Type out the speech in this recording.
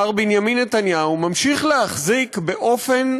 מר בנימין נתניהו ממשיך להחזיק באופן